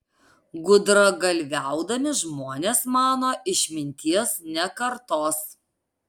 gudragalviaudami žmonės mano išminties nekartos